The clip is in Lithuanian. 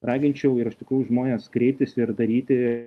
raginčiau ir iš tikrųjų žmones kreiptis ir daryti